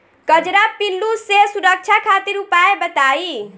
कजरा पिल्लू से सुरक्षा खातिर उपाय बताई?